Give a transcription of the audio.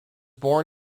born